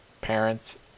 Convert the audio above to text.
parents